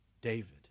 David